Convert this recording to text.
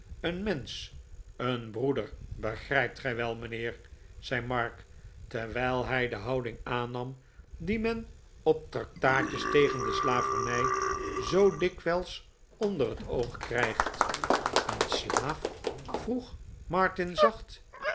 een mensch een broeder begrijpt gij wel mijnheer zei mark terwijl hij de houding aannam die men op traktaatjes tegen de slavernij zoo dikwijls onder het oog krijgt een slaaf vroeg martin zacht